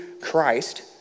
Christ